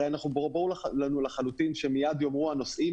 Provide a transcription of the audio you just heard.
הרי ברור לנו לחלוטין שמייד יאמרו הנוסעים